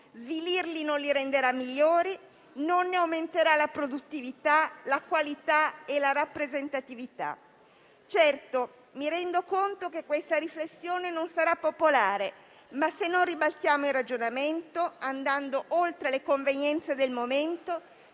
svilirli non li renderà migliori e non ne aumenterà la produttività, la qualità e la rappresentatività. Certo, mi rendo conto che questa riflessione non sarà popolare, ma se non ribaltiamo il ragionamento andando oltre le convenienze del momento,